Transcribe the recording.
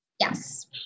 Yes